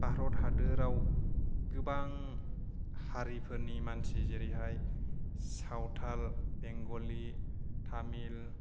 भारत हादोरआव गोबां हारिफोरनि मानसि जेरैहाय सावथाल बेंगलि तामिल